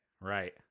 right